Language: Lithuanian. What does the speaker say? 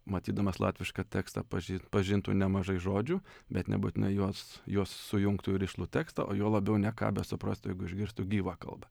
matydamas latvišką tekstą pažit pažintų nemažai žodžių bet nebūtinai juos juos sujungtų į rišlų tekstą o juo labiau ne ką besuprastų jeigu išgirstų gyvą kalbą